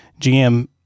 GM